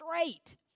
straight